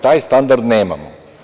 Taj standard nemamo.